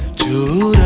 to